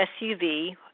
SUV